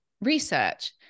research